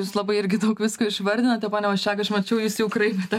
jūs labai irgi daug visko išvardinote pone vaščega aš mačiau jis jau kraipėte